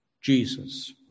Jesus